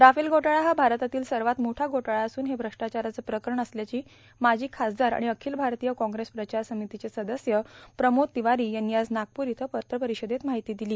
Rafale घोटाळा हा भारतातील सर्वात मोठा घोटाळा असून हे भ्रष्टाचाराचं प्रकरणं असल्याचं माजी खासदार आणि अखिल भारतीय काँग्रेस प्रचार समितीचे सदस्य प्रमोद तिवारी यांनी आज नागपूर इथं पत्रपरिषदेत सांगितलं